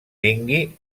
vingui